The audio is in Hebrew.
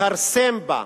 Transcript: לכרסם בה,